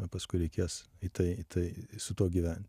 o paskui reikės į tai į tai su tuo gyvent